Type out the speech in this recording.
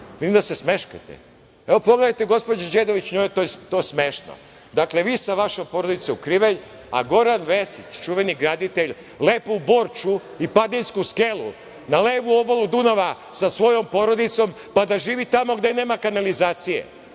Vidim da se smeškate. Evo pogledajte gospođu Đedović, njoj je to smešno. Dakle, vi sa vašom porodicom u Krivelj, a Goran Vesić, čuveni graditelj, lepo u Borču i Padinsku Skelu, na levu obalu Dunava sa svojom porodicom, pa da živi tamo gde nema kanalizacije.